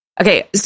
Okay